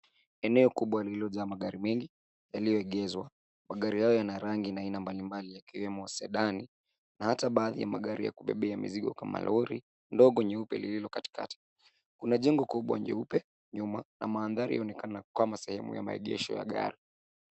Eneo kubwa lililojaa magari mengi yaliyo egezwa. Magari hayo yana rangi na aina mbalimbali yakiwemo sedan na hata baadhi ya magari ya kubebea mizigo kama lori ndogo nyeupe lililo katikati. Kuna jengo kubwa nyeupe nyuma na mandhari yaonekana kama sehemu ya maegesho ya gari